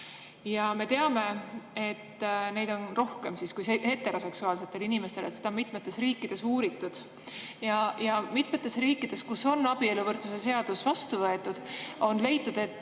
[probleeme] on neil rohkem kui heteroseksuaalsetel inimestel. Seda on mitmetes riikides uuritud. Mitmetes riikides, kus on abieluvõrdsuse seadus vastu võetud, on leitud, et